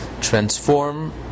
transform